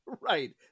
right